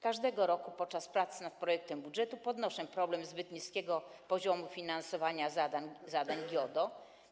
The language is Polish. Każdego roku podczas prac nad projektem budżetu podnoszę problem zbyt niskiego poziomu finansowania zadań GIODO.